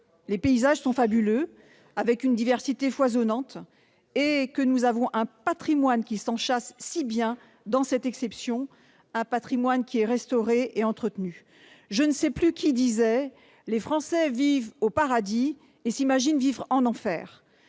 les paysages sont fabuleux, avec une diversité foisonnante, et un patrimoine qui s'enchâsse si bien dans cette exception, un patrimoine restauré et entretenu. Quelqu'un disait :« Les Français vivent au paradis et s'imaginent vivre en enfer